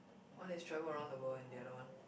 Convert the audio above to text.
one is travel around the world and the other one